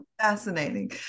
Fascinating